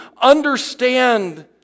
understand